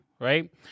right